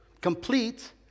complete